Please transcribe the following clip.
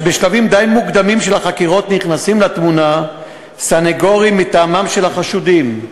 בשלבים די מוקדמים של החקירות נכנסים לתמונה סנגורים מטעמם של החשודים,